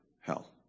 hell